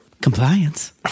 Compliance